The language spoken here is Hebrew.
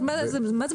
מה זה משנה,